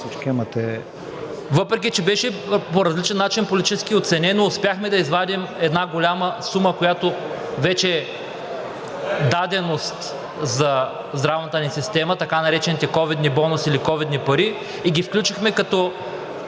Въпреки че беше по различен начин политически оценено, успяхме да извадим една голяма сума, която вече е даденост за здравната ни система – така наречените ковидни болници или ковидни пари, и ги включихме като